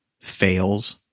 fails